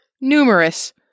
numerous